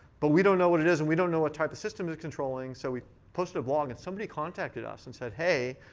but we don't know what it is, and we don't know what type of system it's controlling, so we posted a blog. and somebody contacted us and said, hey,